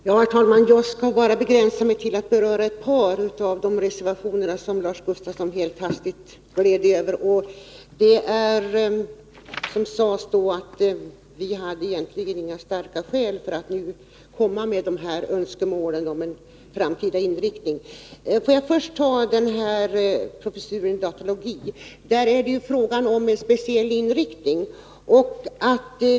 Herr talman! Jag skall begränsa mig till att beröra ett par av de reservationer som Lars Gustafsson helt hastigt gled över. Han sade att vi egentligen inte hade några starka skäl för att nu komma med dessa önskemål om en framtida inriktning. Får jag först ta upp professuren i datalogi, där det är fråga om en speciell inriktning.